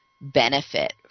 benefit